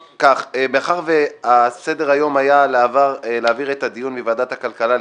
מאחר וסדר היום היה להעביר את הדיון מוועדת הכלכלה,